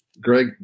Greg